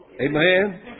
Amen